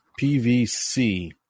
PVC